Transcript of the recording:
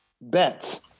bets